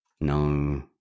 no